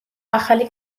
ახალი